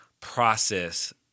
process